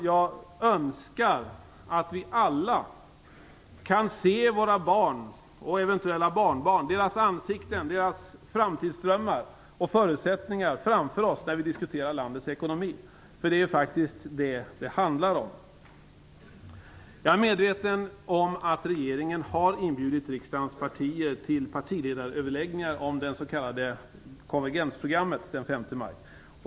Jag önskar att vi alla kan se våra barn och eventuella barnbarn - deras ansikten, deras framtidsdrömmar och förutsättningar - framför oss när vi diskuterar landets ekonomi. Det är faktiskt detta det handlar om. Jag är medveten om att regeringen har inbjudit riksdagens partier till partiledaröverläggningar om det s.k. konvergensprogrammet den 5 maj.